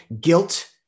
guilt